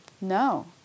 No